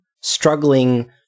struggling